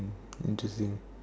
interesting